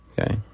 Okay